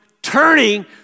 Turning